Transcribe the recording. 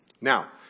Now